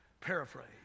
paraphrase